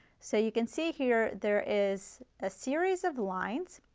so you can see here there is a series of lines